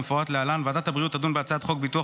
כמפורט להלן: ועדת הבריאות תדון בהצעת חוק ביטוח